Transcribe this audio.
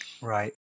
Right